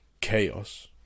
chaos